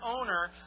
owner